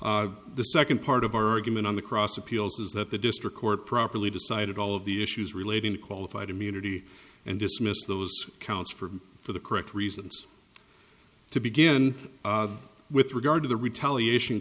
jurisdiction the second part of our argument on the cross appeals is that the district court properly decided all of the issues relating to qualified immunity and dismissed those counts from for the correct reasons to begin with regard to the retaliation